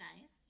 nice